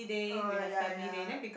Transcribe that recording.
oh ya ya